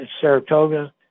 Saratoga